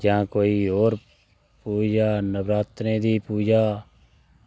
जां कोई होर पूजा नवरात्रें दी पूजा